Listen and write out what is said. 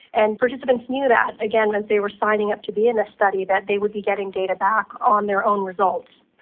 and participants knew that, again, as they were signing up to be in this study, that they would be getting data back on their own results.